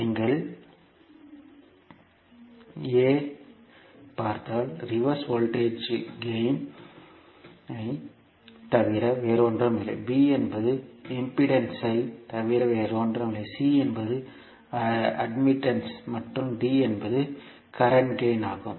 நீங்கள் A A ஐ பார்த்தால் ரிவர்ஸ் வோல்டேஜ் கேயின் ஐ தவிர வேறொன்றுமில்லை B என்பது இம்பிடேன்ஸ் ஐ தவிர வேறில்லை C என்பது அட்மிட்டன்ஸ் மற்றும் D என்பது கரண்ட் கேயின் ஆகும்